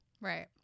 Right